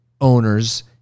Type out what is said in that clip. owners